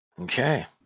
Okay